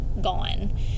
gone